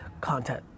content